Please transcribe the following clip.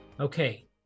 Okay